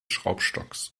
schraubstocks